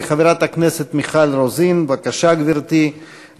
כמונו", על